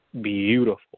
beautiful